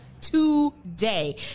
today